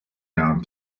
down